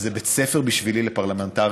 וזה בית ספר בשבילי לפרלמנטריות.